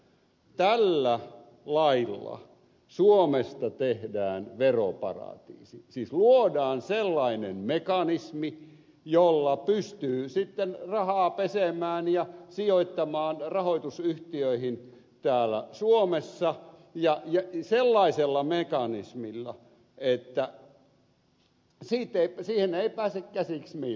tällä lailla suomesta tehdään veroparatiisi siis luodaan sellainen mekanismi jolla pystyy sitten rahaa pesemään ja sijoittamaan rahoitusyhtiöihin täällä suomessa ja sellaisella mekanismilla että siihen ei pääse käsiksi millään